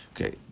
Okay